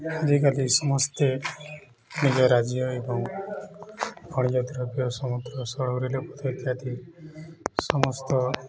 ଆଜିକାଲି ସମସ୍ତେ ନିଜ ରାଜ୍ୟ ଏବଂ ଖଣିଜଦ୍ରବ୍ୟ ସମୁଦ୍ର ଇତ୍ୟାଦି ସମସ୍ତ